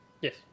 Yes